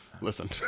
Listen